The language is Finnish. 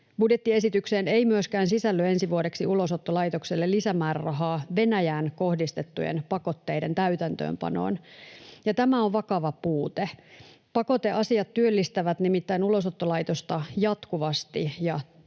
Budjettiesitykseen ei myöskään sisälly ensi vuodeksi Ulosottolaitokselle lisämäärärahaa Venäjään kohdistettujen pakotteiden täytäntöönpanoon, ja tämä on vakava puute. Pakoteasiat työllistävät nimittäin Ulosottolaitosta jatkuvasti, ja toivottavasti